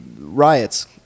riots